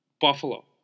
Buffalo